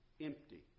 empty